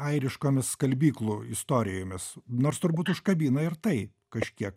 airiškomis skalbyklų istorijomis nors turbūt užkabina ir tai kažkiek